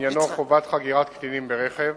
שעניינו חובת חגירת קטינים ברכב.